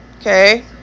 Okay